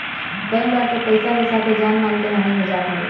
कई बार तअ पईसा के साथे जान माल के हानि हो जात हवे